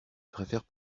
préfère